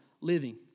living